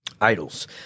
idols